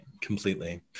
Completely